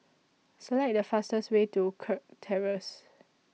Select The fastest Way to Kirk Terrace